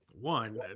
One